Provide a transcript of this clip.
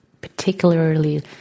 particularly